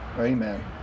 Amen